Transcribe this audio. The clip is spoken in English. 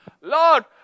Lord